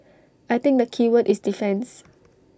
I think the keyword is defence